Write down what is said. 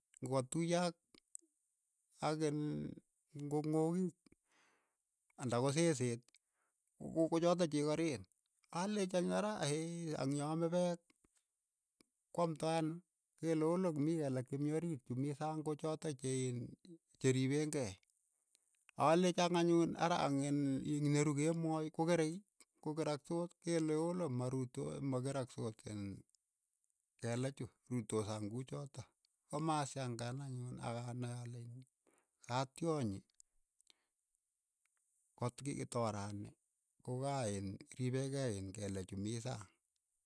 Ng'o katuyo ak ak iin ngong'okiik anda koseseet ko- ko chotok che kareen, alechi anyun ara ang' ya aame peek kwamtoi an, kele olo mii kelek che mii oriit che mii sang ko chotok che iin che riipe kei, alechi ang' anyun ara ang' iin ne ruu kemoi ko kerei, ko keraktoos, keele oolo, maruitos makeraksot iin kelechu, ruitoos sang kuchotok, ko mashangaan anyun aka nai ale kaa tionyi kot kii toraani ko ka iin ripee kei kelechuu mii sang.